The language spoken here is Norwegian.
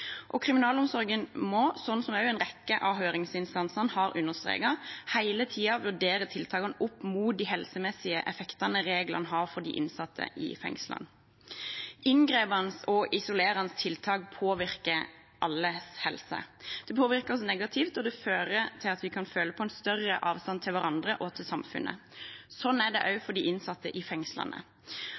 Kriminalomsorgen må, som også en rekke av høringsinstansene har understreket, hele tiden vurdere tiltakene opp mot de helsemessige effektene reglene har for de innsatte i fengslene. Inngripende og isolerende tiltak påvirker alles helse. Det påvirker oss negativt, og det fører til at vi kan føle på en større avstand til hverandre og til samfunnet. Sånn er det også for de innsatte i fengslene.